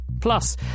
Plus